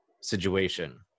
situation